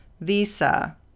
Visa